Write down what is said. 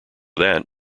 that